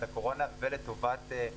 את תהליך